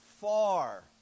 far